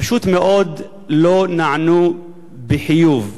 פשוט מאוד לא נענו בחיוב.